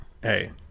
hey